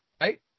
right